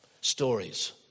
stories